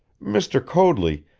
mr. coadley,